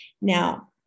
Now